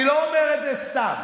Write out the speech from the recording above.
אני לא אומר את זה סתם.